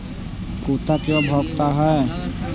कुत्ता क्यों भौंकता है?